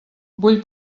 vull